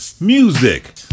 Music